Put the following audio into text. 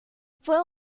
fue